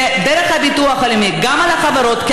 ודרך הביטוח הלאומי גם על החברות,